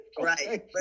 Right